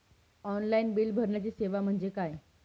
Online bill भरण्याची सेवा म्हणजे काय?